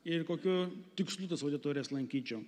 ir kokiu tikslu tas auditorijas lankyčiau